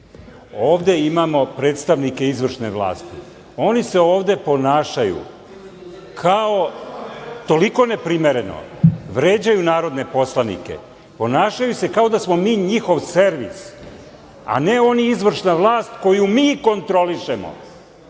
Ovde imamo predstavnike izvršne vlasti, oni se ovde ponašaju toliko neprimereno, vređaju narodne poslanike, ponašaju se kao da smo mi njihov servis, a ne oni izvršna vlast koju mi kontrolišemo.